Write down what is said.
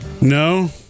No